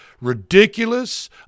ridiculous